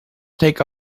take